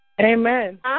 Amen